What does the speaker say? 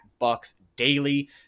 BucksDaily